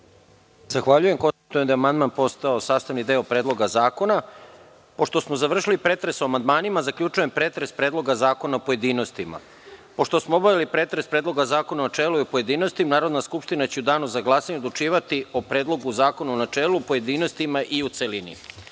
Zahvaljujem. Konstatujem da je amandman postao sastavni deo Predloga zakona. Pošto smo završili pretres o amandmanima, zaključujem pretres Predloga zakona u pojedinostima. Pošto smo obavili pretres Predloga zakona u načelu i u pojedinostima, Narodna skupština će u danu za glasanje odlučivati o Predlogu zakona u načelu, pojedinostima i u